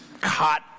caught